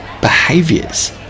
Behaviors